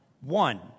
One